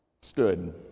stood